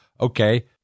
Okay